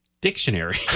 Dictionary